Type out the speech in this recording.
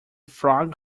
frog